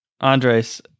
Andres